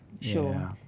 sure